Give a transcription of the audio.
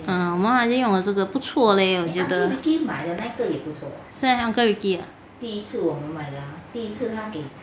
uh 我们 I think 用的这个不错 leh 我觉得是 meh uncle ricky 的